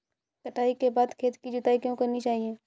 कटाई के बाद खेत की जुताई क्यो करनी चाहिए?